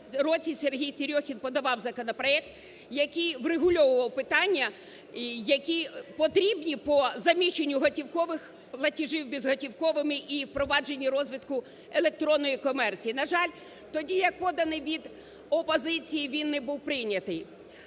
Сергій Терьохін подавав законопроект, який врегульовував питання, які потрібні по заміщенню готівкових платежів безготівковими і провадження розвитку електронної комерції. На жаль, тоді як поданий від опозиції, він не був прийнятий.